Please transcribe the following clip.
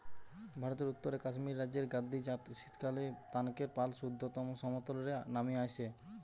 ভারতের উত্তরে কাশ্মীর রাজ্যের গাদ্দি জাত শীতকালএ তানকের পাল সুদ্ধ সমতল রে নামি আইসে